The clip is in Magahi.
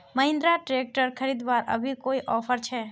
महिंद्रा ट्रैक्टर खरीदवार अभी कोई ऑफर छे?